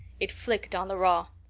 it flicked on the raw.